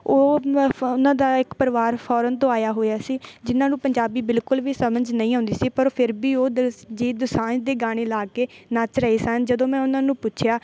ਉਹ ਉਹਨਾਂ ਦਾ ਇੱਕ ਪਰਿਵਾਰ ਫੌਰਨ ਤੋਂ ਆਇਆ ਹੋਇਆ ਸੀ ਜਿਨ੍ਹਾਂ ਨੂੰ ਪੰਜਾਬੀ ਬਿਲਕੁਲ ਵੀ ਸਮਝ ਨਹੀਂ ਆਉਂਦੀ ਸੀ ਪਰ ਫਿਰ ਵੀ ਉਹ ਦਿਲਜੀਤ ਦੁਸਾਂਝ ਦੇ ਗਾਣੇ ਲਾ ਕੇ ਨੱਚ ਰਹੇ ਸਨ ਜਦੋਂ ਮੈਂ ਉਹਨਾਂ ਨੂੰ ਪੁੱਛਿਆ